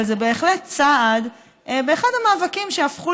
אבל זה בהחלט צעד באחד המאבקים שהפכו